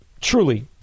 truly